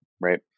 right